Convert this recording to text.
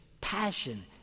passion